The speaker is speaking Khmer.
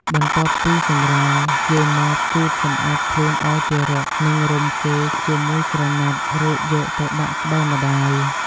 បន្ទាប់ពីសម្រាល យាយម៉បជូតសម្អាតខ្លួនឱ្យទារក និងរុំគេជាមួយក្រណាត់ រួចយកដាក់ក្បែរម្ដាយ។